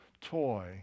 toy